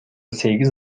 сегиз